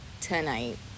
tonight